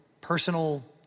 personal